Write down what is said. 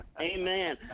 amen